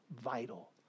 vital